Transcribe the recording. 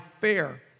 fair